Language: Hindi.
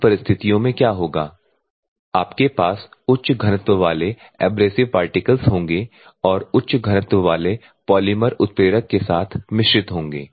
उन परिस्थितियों में क्या होगा आपके पास उच्च घनत्व वाले एब्रेसिव पार्टिकल्स होंगे और उच्च घनत्व वाले पॉलिमर उत्प्रेरक के साथ मिश्रित होंगे